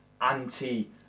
anti